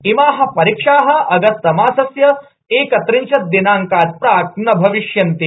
इमाः परीक्षाः अगस्तमासस्य एकत्रिंशत्दिनाङ्कात प्राक न भविष्यन्ति